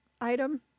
item